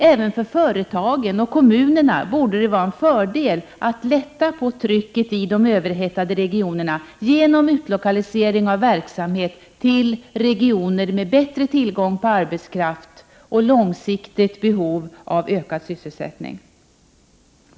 Även för företagen och kommunerna borde det vara en fördel att lätta på trycket i de överhettade regionerna genom utlokalisering av verksamhet till regioner med bättre tillgång på arbetskraft och långsiktigt behov av ökad sysselsättning.